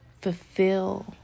fulfill